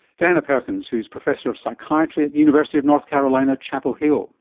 diana perkins, who's professor of psychiatry at the university of north carolina, chapel hill